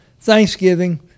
Thanksgiving